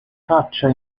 caccia